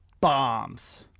bombs